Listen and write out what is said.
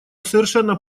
совершенно